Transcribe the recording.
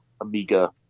Amiga